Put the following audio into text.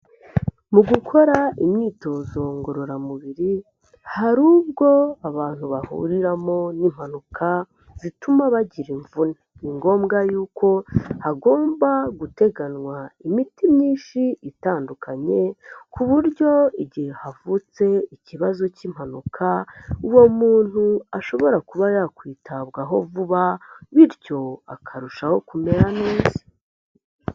Mu gukora imyitozo ngororamubiri, hari ubwo abantu bahuriramo n'impanuka zituma bagira imvune. Ni ngombwa yuko hagomba guteganywa imiti myinshi itandukanye, ku buryo igihe havutse ikibazo cy'impanuka uwo muntu ashobora kuba yakwitabwaho vuba bityo akarushaho kumera neza.